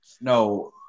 No